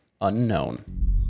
unknown